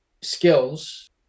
skills